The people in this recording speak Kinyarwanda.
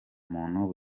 muntu